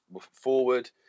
forward